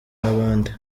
n’abandi